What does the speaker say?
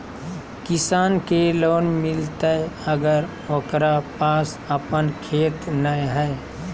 किसान के लोन मिलताय अगर ओकरा पास अपन खेत नय है?